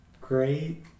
great